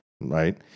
right